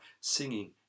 singing